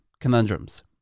conundrums